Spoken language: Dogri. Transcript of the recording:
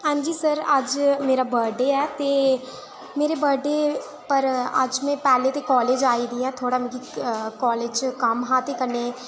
आं जी सर अज्ज मेरा बर्थ डे ऐ ते मेरे ब'डे पर अज्ज में पैह्ले कालेज आई दियां थोह्ड़ा मिकी कालेज च कम्म हा ते कन्नै